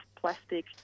plastic